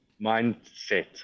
mindset